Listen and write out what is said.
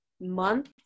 month